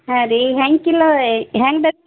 ಹಾಂ ರೀ ಹೆಂಗೆ ಕಿಲೋ ಹೆಂಗೆ ಬೇಕು